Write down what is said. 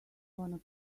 gonna